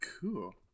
Cool